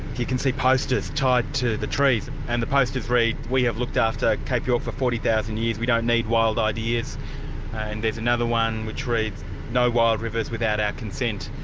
you can see posters tied to the trees, and the posters read we have looked after cape york for forty thousand years, we don't need wild ideas'. and there's another one which reads no wild rivers without our consent.